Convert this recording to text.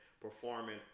performing